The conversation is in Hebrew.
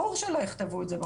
ברור שלא יכתבו את זה בחוזה.